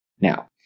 Now